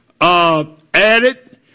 Added